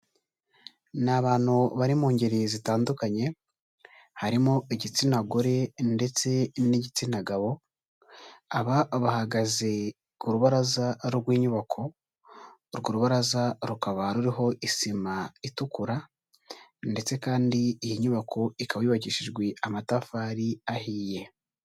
N'abantu bari mu ngeri zitandukanye, harimo igitsina gore ndetse n'igitsina gabo. Aba bahagaze ku rubaraza rw'inyubako. Urwo rubaraza rukaba ruriho isima itukura ndetse kandi iyi nyubako ikaba yubakishijwe amatafari ahiye.